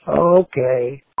Okay